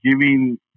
giving